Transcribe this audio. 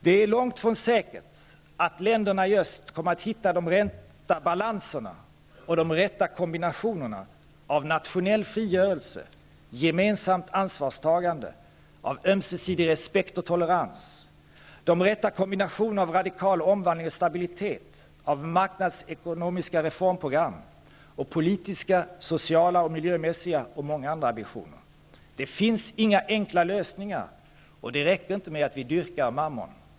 Det är långt ifrån säkert att länderna i öst kommer att hitta de rätta balanserna och de rätta kombinationerna av nationell frigörelse, gemensamt ansvarstagande och ömsesidig respekt och tolerans och de rätta kombinationerna av radikal omvandling och stabilitet, av marknadsekonomiska reformprogram och politiska, sociala, miljömässiga och många andra ambitioner. Det finns inga enkla lösningar, och det räcker inte med att vi dyrkar Mammon.